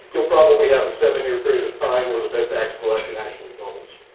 you'll probably have a seven year period of time where the bed tax collection actually doubles,